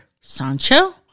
Sancho